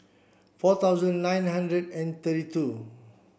four thousand nine hundred and thirty two